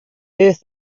earth